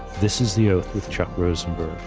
this is the oath with chuck rosenberg,